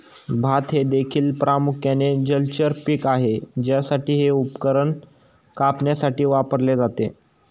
भात हे देखील प्रामुख्याने जलचर पीक आहे ज्यासाठी हे उपकरण कापण्यासाठी वापरले जाते